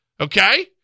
okay